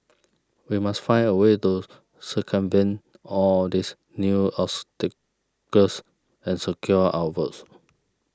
we must find a way to circumvent all these new obstacles and secure our votes